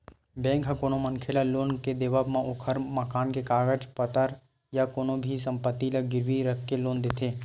bank ह कोनो मनखे ल लोन के देवब म ओखर मकान के कागज पतर या कोनो भी संपत्ति ल गिरवी रखके लोन देथे